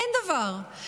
אין דבר אחר.